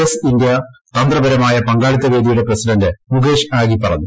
S India തന്ത്രപരമായ പങ്കാളിത്ത വേദിയുടെ പ്രസിഡ്ഡിന്റ് മു്കേഷ് ആഗി പറഞ്ഞു